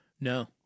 No